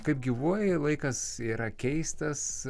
kaip gyvuoji laikas yra keistas